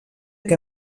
que